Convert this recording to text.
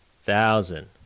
thousand